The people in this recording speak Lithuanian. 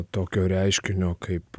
tokio reiškinio kaip